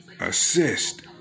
assist